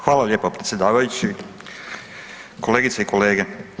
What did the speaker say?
Hvala lijepo predsjedavajući, kolegice i kolege.